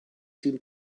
seem